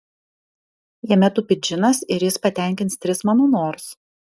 jame tupi džinas ir jis patenkins tris mano norus